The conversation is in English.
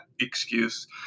excuse